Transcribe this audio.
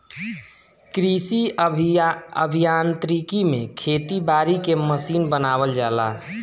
कृषि अभियांत्रिकी में खेती बारी के मशीन बनावल जाला